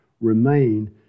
Remain